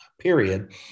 period